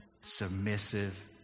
submissive